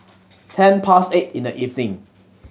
ten past eight in the evening